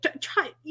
try